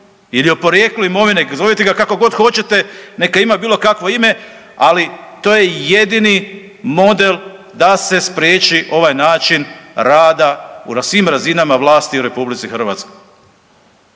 ili o Porijeklu imovine, zovite ga kako god hoćete, neka ima bilo kakvo ime, ali to je jedini model da se spriječi ovaj način rada u svim razinama vlasti u Republici Hrvatskoj.